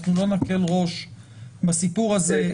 אנחנו לא נקל ראש בסיפור הזה,